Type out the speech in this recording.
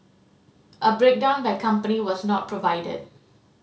a breakdown by company was not provided